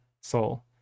soul